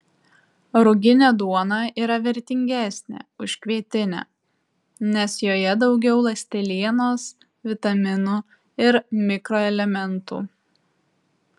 ruginė duona yra vertingesnė už kvietinę nes joje daugiau ląstelienos vitaminų ir mikroelementų